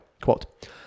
Quote